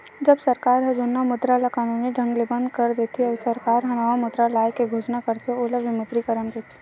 जब सरकार ह जुन्ना मुद्रा ल कानूनी ढंग ले बंद कर देथे, अउ सरकार ह नवा मुद्रा लाए के घोसना करथे ओला विमुद्रीकरन कहिथे